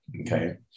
Okay